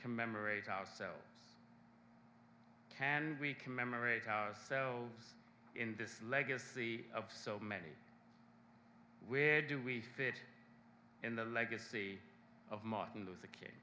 commemorate ourselves can we commemorate selves in this legacy of so many where do we fit in the legacy of martin luther king